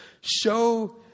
Show